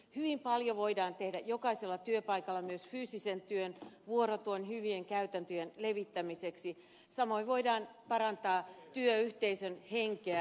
hyvin paljon voidaan tehdä jokaisella työpaikalla myös fyysisen työn vuorotyön hyvien käytäntöjen levittämiseksi samoin voidaan parantaa työyhteisön henkeä